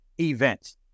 event